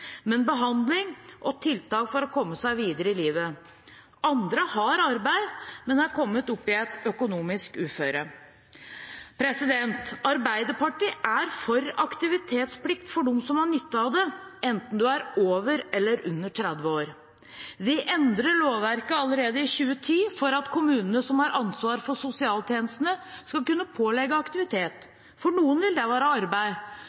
men behandling og tiltak for å komme seg videre i livet. Andre har arbeid, men er kommet opp i et økonomisk uføre. Arbeiderpartiet er for aktivitetsplikt for dem som har nytte av det, enten de er over eller under 30 år. Vi endret lovverket allerede i 2010 for at kommunene, som har ansvar for sosialtjenestene, skal kunne pålegge aktivitet. For noen vil det være arbeid,